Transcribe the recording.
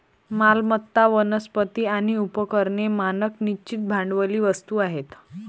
मालमत्ता, वनस्पती आणि उपकरणे मानक निश्चित भांडवली वस्तू आहेत